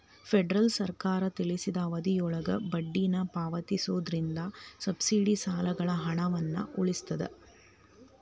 federal ಸರ್ಕಾರ ತಿಳಿಸಿದ ಅವಧಿಯೊಳಗ ಬಡ್ಡಿನ ಪಾವತಿಸೋದ್ರಿಂದ ಸಬ್ಸಿಡಿ ಸಾಲಗಳ ಹಣವನ್ನ ಉಳಿಸ್ತದ